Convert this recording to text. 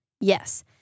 Yes